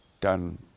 done